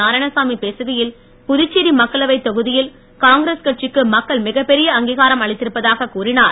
நாராயணசாமி பேசுகையில் புதுச்சேரி மக்களவைத் தொகுதியில் காங்கிரஸ் கட்சிக்கு மக்கள் மிகப்பெரிய அங்கீகாரம் அளித்திருப்பதாக கூறினார்